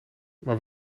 maar